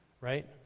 right